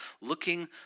looking